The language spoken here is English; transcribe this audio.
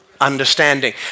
understanding